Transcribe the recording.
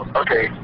okay